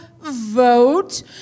vote